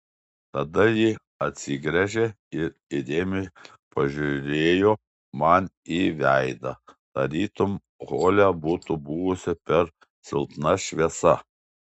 tada ji atsigręžė ir įdėmiai pažiūrėjo man į veidą tarytum hole būtų buvusi per silpna šviesa